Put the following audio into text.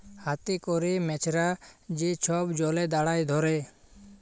হাতে ক্যরে মেছরা যে ছব জলে দাঁড়ায় ধ্যরে